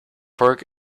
fork